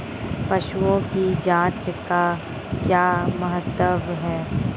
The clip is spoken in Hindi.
पशुओं की जांच का क्या महत्व है?